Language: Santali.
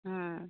ᱦᱮᱸ